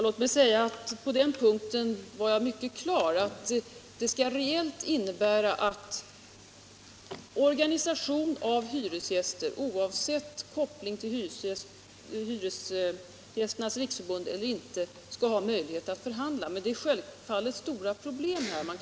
Herr talman! På den punkten uttryckte jag mig mycket klart. Förslaget skall reellt innebära att hyresgästorganisation, oavsett koppling till Hyresgästernas riksförbund, skall ha möjlighet att förhandla. Men det är självfallet stora problem i detta sammanhang.